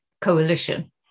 coalition